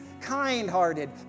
kind-hearted